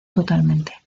totalmente